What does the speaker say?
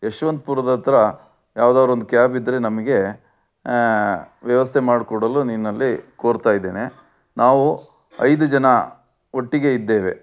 ಯಶವಂತಪುರದತ್ರ ಯಾವ್ದಾರು ಒಂದು ಕ್ಯಾಬ್ ಇದ್ದರೆ ನಮಗೆ ವ್ಯವಸ್ಥೆ ಮಾಡಿಕೊಡಲು ನಿಮ್ಮಲ್ಲಿ ಕೋರ್ತಾಯಿದ್ದೇನೆ ನಾವು ಐದು ಜನ ಒಟ್ಟಿಗೆ ಇದ್ದೇವೆ